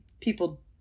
people